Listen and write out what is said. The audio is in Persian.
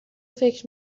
فکر